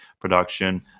production